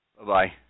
Bye-bye